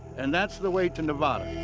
and that's the way to nevada.